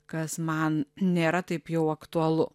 kas man nėra taip jau aktualu